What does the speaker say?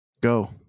Go